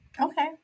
Okay